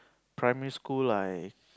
primary school I